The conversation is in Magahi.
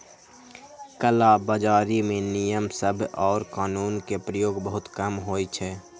कला बजारी में नियम सभ आऽ कानून के प्रयोग बहुते कम होइ छइ